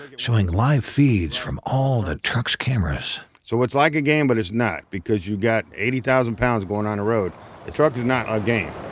showing live feeds from all the truck's cameras. so it's like a game, but it's not, because you got eighty thousand pounds going on a road. a truck is not a game.